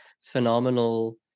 phenomenal